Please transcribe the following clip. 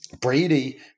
Brady